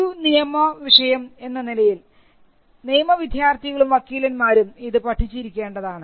ഒരു നിയമ വിഷയം എന്ന നിലയിൽ നിയമ വിദ്യാർത്ഥികളും വക്കീലന്മാരും ഇത് പഠിച്ചിരിക്കേണ്ടതാണ്